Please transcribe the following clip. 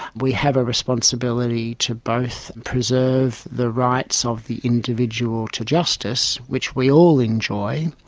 we have a responsibility to both and preserve the rights of the individual to justice, which we all enjoy,